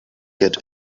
get